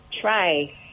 try